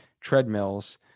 treadmills